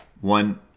One